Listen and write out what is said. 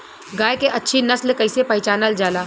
गाय के अच्छी नस्ल कइसे पहचानल जाला?